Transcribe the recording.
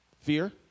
Fear